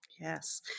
Yes